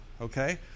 Okay